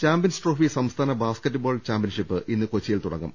champions trophy സംസ്ഥാന basketball championship ഇന്ന് കൊച്ചിയിൽ തുടങ്ങും